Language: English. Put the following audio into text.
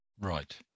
Right